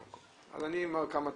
אז אני אומר כמה דברים.